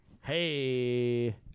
Hey